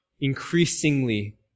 increasingly